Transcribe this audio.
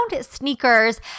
sneakers